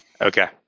Okay